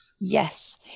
Yes